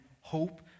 hope